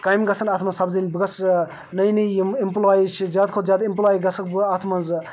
کامہِ گژھن اَتھ منٛز سپدٕنۍ بہٕ گژھ نٔے نٔے یِم اٮ۪مپٕلایِز چھِ زیادٕ کھۄتہٕ زیادٕ اِمپلاے گژھَکھ بہٕ اَتھ منٛز